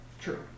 True